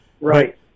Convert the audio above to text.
Right